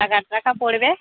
তা কতো টাকা পড়বে